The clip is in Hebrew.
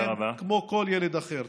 כמו לכל ילד אחר.